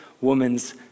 woman's